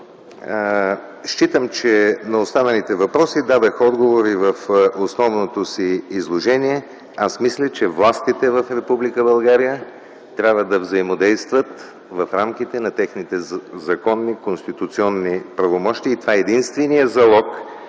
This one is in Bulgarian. Считам, че на останалите въпроси дадох отговор в основното си изложение. Аз мисля, че властите в Република България трябва да взаимодействат в рамките на техните законни, конституционни правомощия и това е единственият залог,